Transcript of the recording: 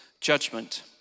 judgment